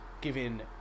giving